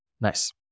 Nice